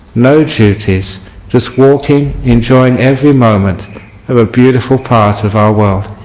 no duties just walking, enjoying every moment of a beautiful part of our world.